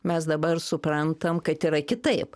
mes dabar suprantam kad yra kitaip